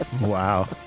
Wow